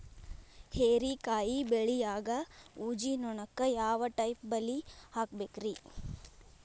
ಹೇರಿಕಾಯಿ ಬೆಳಿಯಾಗ ಊಜಿ ನೋಣಕ್ಕ ಯಾವ ಟೈಪ್ ಬಲಿ ಹಾಕಬೇಕ್ರಿ?